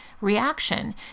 reaction